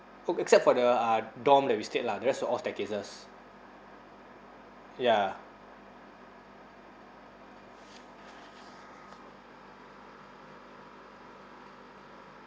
oh except for the uh dorm that we stayed lah the rest were all staircases ya